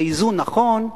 זה איזון נכון,